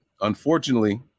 unfortunately